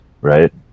right